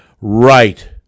right